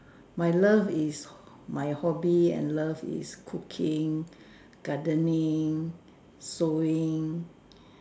my love is my hobby and love is cooking gardening sewing